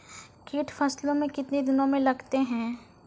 कीट फसलों मे कितने दिनों मे लगते हैं?